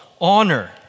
honor